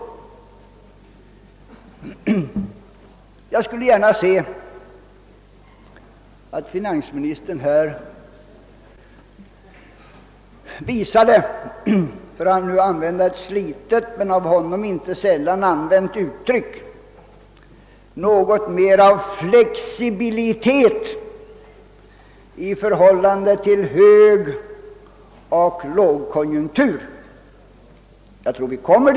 Jag skulle gärna se att finansministern visade litet större flexibilitet — för att begagna ett slitet men av finansministern själv inte sällan använt uttryck — i förhållandet högkonjunktur —lågkonjunktur.